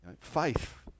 Faith